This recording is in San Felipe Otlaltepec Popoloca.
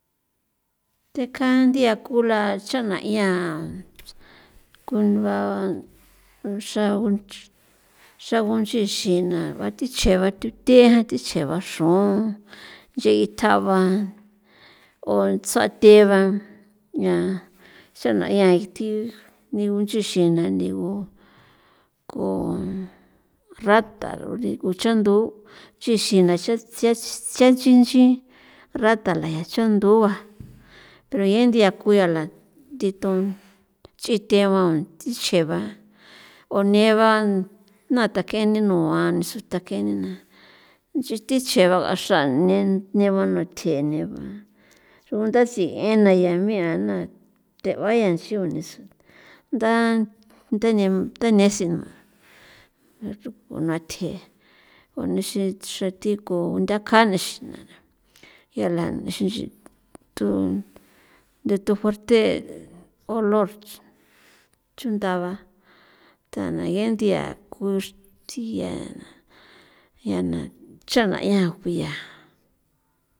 Teka nthia kula cha'na 'ian ku nua uxa ngu xra nguchixina ba thichjeba thutheja thi chjeba xrun nchegi thaba o tsua' theba yaa xana yaa thi ni gunchixina ni gu rata ruri gu chandu nchixina tsia tsia nchinchi rata la chancluba pero ya nthia kuyala nditun chiteaba thinchjeba o neban jana take'eni nua take'enina inchi thinchjeba xraneba no thje'eneba rogunda sie'ena ya me ya ana theba jañanxo nda ndane ndanesi ba na thje gunixin xra thiku nguthakja nexina na yala xinxi thu de thu fuerte olor chundaba tanage nthia ku xthia na cha'na 'ian kuya.